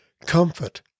Comfort